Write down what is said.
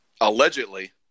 Allegedly